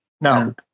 No